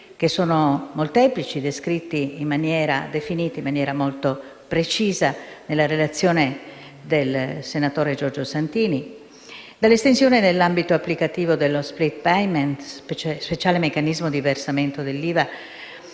interventi, molteplici e definiti in maniera molto precisa dalla relazione del senatore Giorgio Santini: dall'estensione dell'ambito applicativo dello *split payment*, speciale meccanismo di versamento dell'IVA